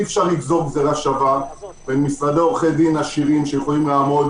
אי-אפשר לגזור גזירה שווה בין משרדי עורכי דין עשירים שיכולים לעמוד